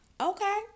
Okay